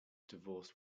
divorced